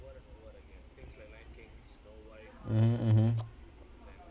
mmhmm mmhmm